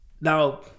Now